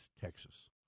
Texas